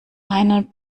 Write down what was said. einen